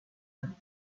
din